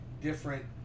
different